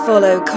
Follow